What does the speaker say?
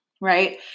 right